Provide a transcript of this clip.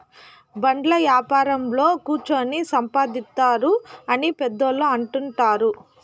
బాండ్ల యాపారంలో కుచ్చోని సంపాదిత్తారు అని పెద్దోళ్ళు అంటుంటారు